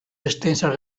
extensas